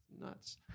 nuts